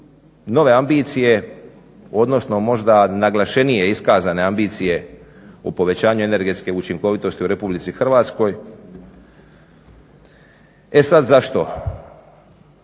nove ambicije, odnosno možda naglašenije iskazane ambicije u povećanju energetske učinkovitosti u RH. E sad zašto?